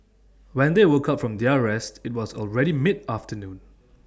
when they woke up from their rest IT was already mid afternoon